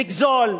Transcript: לגזול,